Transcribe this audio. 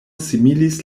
similis